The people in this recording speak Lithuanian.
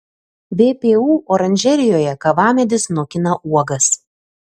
vpu oranžerijoje kavamedis nokina uogas